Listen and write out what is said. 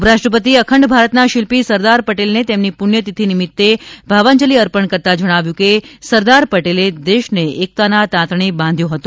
ઉપરાષ્ટ્રપતિ અખંડ ભારતના શિલ્પી સરદાર પટેલને તેમની પુસ્યતિથી નિમિત્તે ભાવાજંલી અર્પણ કરતા જણાવ્યું હતું કે સરદાર પટેલે દેશને એકતાના તાંતણે બાંધ્યો હતો